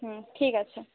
হুম ঠিক আছে